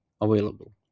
available